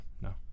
no